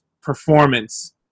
performance